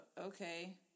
okay